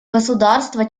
государства